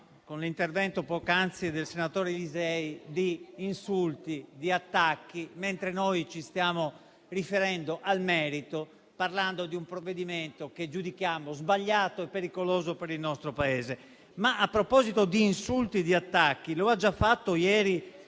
con l'intervento poc'anzi del senatore Lisei, di insulti e di attacchi, mentre noi ci stiamo riferendo al merito, parlando di un provvedimento che giudichiamo sbagliato e pericoloso per il nostro Paese. Ma, a proposito di insulti e di attacchi, lo ha già fatto ieri,